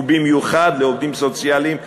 ובמיוחד לעובדים סוציאליים ברשויות.